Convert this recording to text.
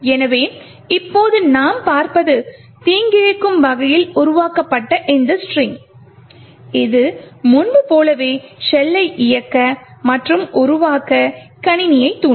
எனவே இப்போது நாம் பார்ப்பது தீங்கிழைக்கும் வகையில் உருவாக்கப்பட்ட இந்த ஸ்ட்ரிங்க் இது முன்பு போலவே ஷெல்லை இயக்க மற்றும் உருவாக்க கணினியைத் தூண்டும்